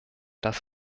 das